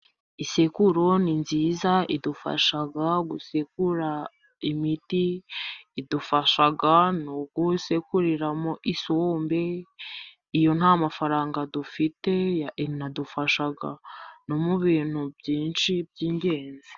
Isekuru ni nziza idufasha gusekura imiti idufasha no gusekuriramo isombe, iyo nta mafaranga dufite inadufasha no mu bintu byinshi by'ingenzi.